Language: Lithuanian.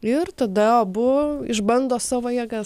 ir tada abu išbando savo jėgas